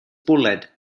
bwled